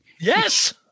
Yes